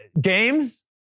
Games